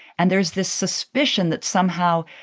and there is this suspicion that somehow,